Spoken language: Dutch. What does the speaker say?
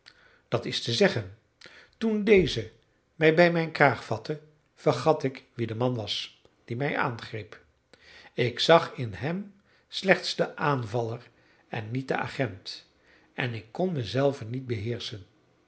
dat is te zeggen toen deze mij bij mijn kraag vatte vergat ik wie de man was die mij aangreep ik zag in hem slechts den aanvaller en niet den agent en ik kon mezelf niet beheerschen